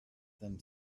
them